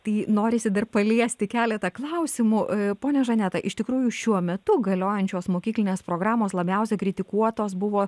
tai norisi dar paliesti keletą klausimų ponia žaneta iš tikrųjų šiuo metu galiojančios mokyklinės programos labiausiai kritikuotos buvo